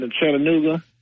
Chattanooga